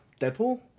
deadpool